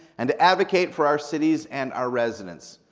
and to advocate for our cities and our residence,